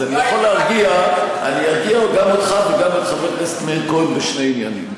אני ארגיע גם אותך וגם את חבר הכנסת מאיר כהן בשני עניינים.